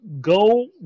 go